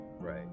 Right